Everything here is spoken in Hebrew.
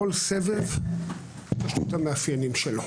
לכל סבב יש את המאפיינים שלו.